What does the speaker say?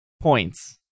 points